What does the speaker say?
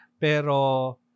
Pero